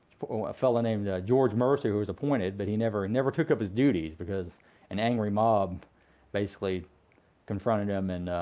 a fellow named george mercer, who was appointed, but he never never took up his duties because an angry mob basically confronted him. and